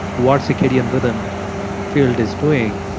what circadian rhythm field is doing,